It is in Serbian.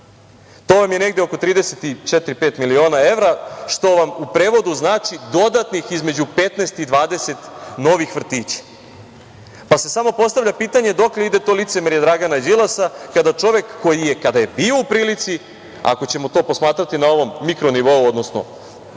to vam je negde oko 34-35 miliona evra, što vam u prevodu znači dodatnih između 15 i 20 novih vrtića. Samo se postavlja pitanje dokle ide to licemerje Dragana Đilasa, kada čovek koji je kada je bio u prilici, ako ćemo to posmatrati na ovom mikronivou, odnosno